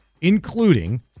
including